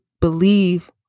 believe